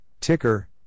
Ticker